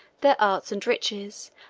their arts and riches,